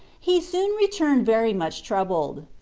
he soon returned very much troubled.